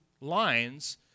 lines